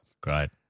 Great